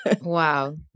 Wow